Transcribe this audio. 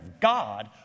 God